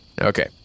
Okay